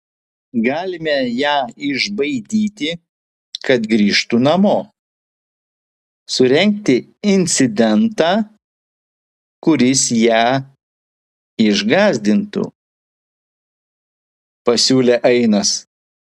galime ją išbaidyti kad grįžtų namo surengti incidentą kuris ją išgąsdintų pasiūlė ainas